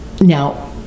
Now